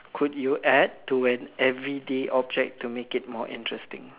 could you add to an everyday object to make it more interesting